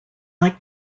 like